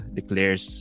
declares